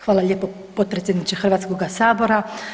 Hvala lijepo potpredsjedniče Hrvatskoga sabora.